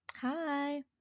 Hi